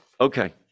Okay